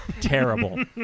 Terrible